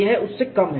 यह उससे कम है